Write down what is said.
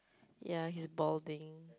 ya he is balding